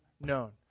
known